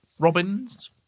Robins